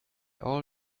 all